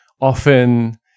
often